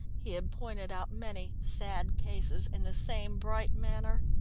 he had pointed out many sad cases in the same bright manner.